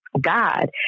God